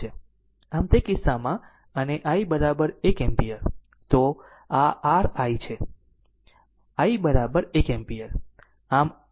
આમ તે કિસ્સામાં અને i 1 એમ્પીયર તો આ r i છે i 1 એમ્પીયર